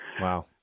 Wow